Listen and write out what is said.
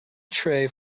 tray